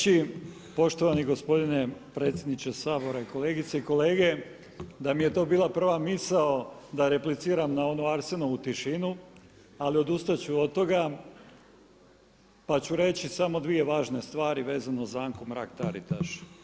Želim reći poštovani gospodine predsjedniče Sabora i kolegice i kolege da mi je to bila prva misao da repliciram na onu Arsenovu tišinu ali odustati ću od toga pa ću reći samo dvije važne stvari vezano za Anku Mrak Taritaš.